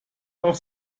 auch